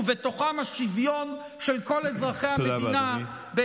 ובתוכם השוויון של כל אזרחי המדינה,